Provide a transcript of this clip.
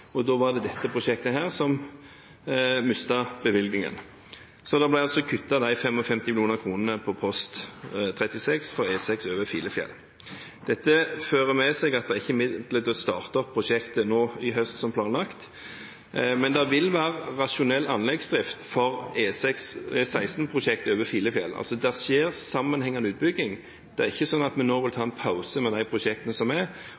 Da var det dette prosjektet som mistet bevilgningen, så det ble altså kuttet 55 mill. kr på post 36 for E16 over Filefjell. Dette fører med seg at det ikke er midler til å starte opp prosjektet nå i høst, som planlagt, men det vil være rasjonell anleggsdrift for E16-prosjektet over Filefjell. Det skjer sammenhengende utbygging. Det er ikke sånn at vi nå vil ta en pause i de prosjektene som er,